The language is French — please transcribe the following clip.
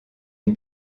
une